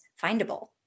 findable